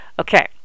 okay